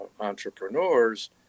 entrepreneurs